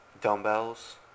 dumbbells